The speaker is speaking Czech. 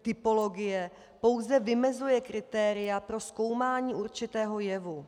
Typologie pouze vymezuje kritéria pro zkoumání určitého jevu.